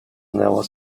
never